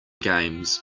games